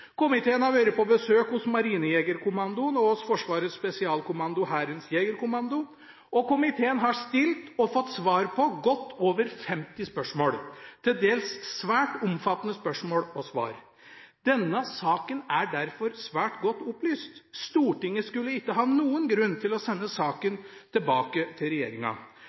Komiteen har vært på besøk hos Marinejegerkommandoen og hos Forsvarets Spesialkommando/Hærens Jegerkommando, og komiteen har stilt, og fått svar på, godt over 50 spørsmål – til dels svært omfattende spørsmål og svar. Denne saken er derfor svært godt opplyst. Stortinget skulle ikke ha noen grunn til å sende saken tilbake til